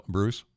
Bruce